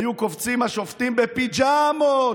היו קופצים השופטים בפיג'מות,